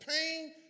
pain